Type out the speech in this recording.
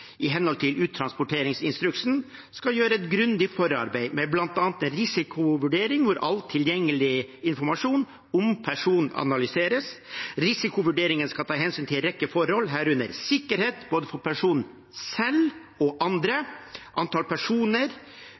i henhold til uttransporteringsinstruksen skal gjøre et grundig forarbeid med bl.a. en risikovurdering, hvor all tilgjengelig informasjon om personen analyseres. Risikovurderingen skal ta hensyn til en rekke forhold, herunder sikkerhet for både personen selv og andre, antall personer,